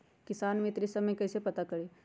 किसान मित्र ई सब मे कईसे पता करी?